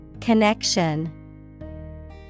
Connection